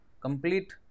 complete